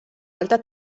alta